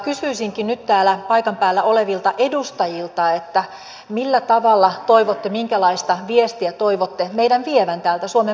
kysyisinkin nyt täällä paikan päällä olevilta edustajilta millä tavalla minkälaista viestiä toivotte meidän vievän täältä suomen parlamentista